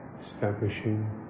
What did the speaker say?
establishing